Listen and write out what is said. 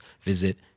visit